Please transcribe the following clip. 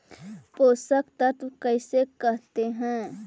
पोषक तत्त्व किसे कहते हैं?